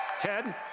Ted